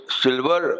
silver